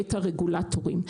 את הרגולטורים.